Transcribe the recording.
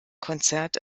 konzert